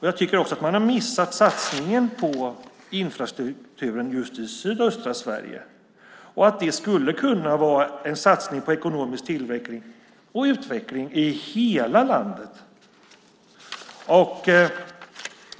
Jag tycker också att man har missat satsningen på infrastruktur just i sydöstra Sverige, som skulle kunna vara en satsning på ekonomisk tillväxt och utveckling i hela landet.